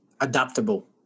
adaptable